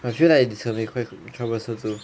I feel like it's a bit quite troublesome to